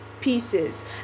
pieces